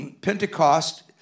Pentecost